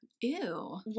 ew